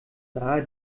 nahe